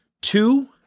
Two